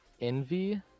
Envy